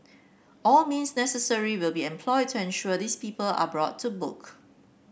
all means necessary will be employed to ensure these people are brought to book